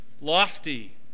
lofty